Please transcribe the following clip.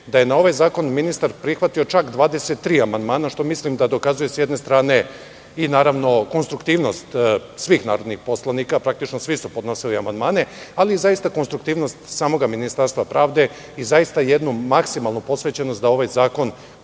da je na ovaj zakon ministar prihvatio čak 23 amandmana, što mislim da dokazuje s jedne strane i naravno konstruktivnost svih narodnih poslanika, praktično svi su podnosili amandmane, ali zaista konstruktivnost samoga Ministarstva pravde i zaista jednu maksimalnu posvećenost da ovaj zakon,